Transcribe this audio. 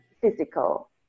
physical